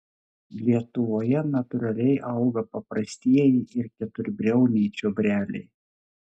lietuvoje natūraliai auga paprastieji ir keturbriauniai čiobreliai